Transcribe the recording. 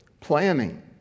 planning